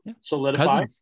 solidify